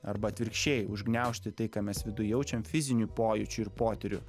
arba atvirkščiai užgniaužti tai ką mes viduj jaučiam fizinių pojūčių ir potyrių